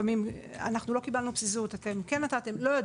אני לא יודעת,